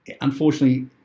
unfortunately